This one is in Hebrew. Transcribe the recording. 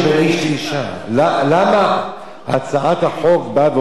למה הצעת החוק באה ואומרת, על רקע,